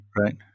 right